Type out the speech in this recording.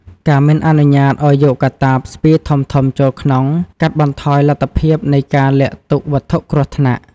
ការមិនអនុញ្ញាតឱ្យយកកាតាបស្ពាយធំៗចូលក្នុង កាត់បន្ថយលទ្ធភាពនៃការលាក់ទុកវត្ថុគ្រោះថ្នាក់។